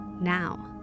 now